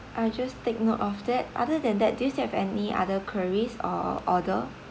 I'll just take note of that other than that do you still have any other queries or order